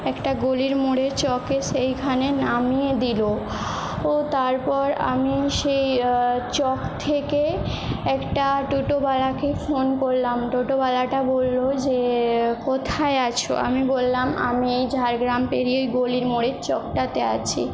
একটা গলির মোড়ে চকে সেইখানে নামিয়ে দিলো ও তারপর আমিও সেই চক থেকে একটা টেটোওয়ালাকে ফোন করলাম টোটোওয়ালাটা বললো যে কোথায় আছো আমি বললাম আমি ঝাড়গ্রাম পেড়িয়ে ওই গলির মোড়ের চকটাতে আছি